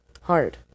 hard